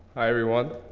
hi, everyone.